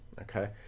Okay